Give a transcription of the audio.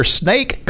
snake